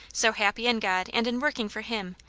so happy in god and in working for him,